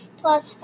plus